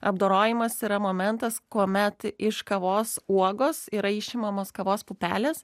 apdorojimas yra momentas kuomet iš kavos uogos yra išimamos kavos pupelės